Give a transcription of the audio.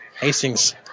Hastings